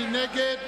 מי נגד?